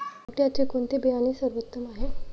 पावट्याचे कोणते बियाणे सर्वोत्तम आहे?